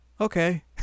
okay